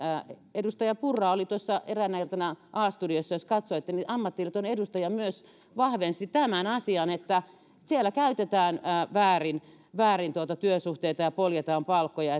edustaja purra oli tuossa eräänä iltana a studiossa jos katsoitte ammattiliiton edustaja vahvensi tämän asian siellä käytetään väärin väärin työsuhteita ja poljetaan palkkoja